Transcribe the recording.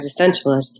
existentialist